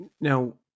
Now